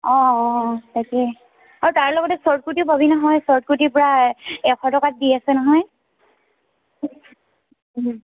অঁ অঁ তাকেই আৰু তাৰ লগতে চৰ্ট কুৰ্তিও ভাবি নহয় চৰ্ট কুৰ্তি পূৰা এশ টকাত দি আছে নহয়